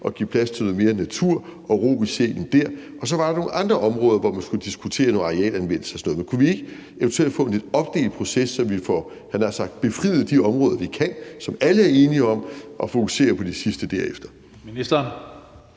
og give plads til noget mere natur og ro i sjælen. Og så var der nogle andre områder, hvor man skulle diskutere noget arealanvendelse og sådan noget. Men kunne vi ikke eventuelt få en lidt opdelt proces, så vi får, jeg havde nær sagt, befriet de områder, vi kan, som alle er enige om, og så fokusere på de sidste derefter? Kl.